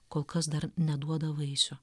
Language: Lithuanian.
kol kas dar neduoda vaisių